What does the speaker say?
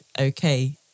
okay